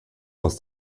aus